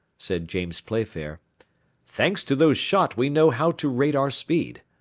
said james playfair thanks to those shot we know how to rate our speed.